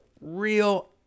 real